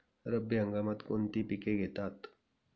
रब्बी हंगामात कोणती पिके घेतात?